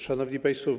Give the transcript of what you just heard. Szanowni Państwo!